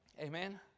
Amen